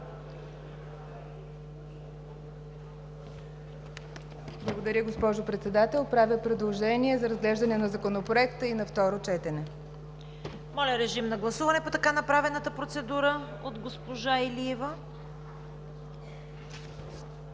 Благодаря, госпожо Председател. Правя предложение за разглеждане на Законопроекта и на второ четене. ПРЕДСЕДАТЕЛ ЦВЕТА КАРАЯНЧЕВА: Моля, режим на гласуване по така направената процедура от госпожа Илиева.